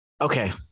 Okay